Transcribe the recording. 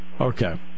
Okay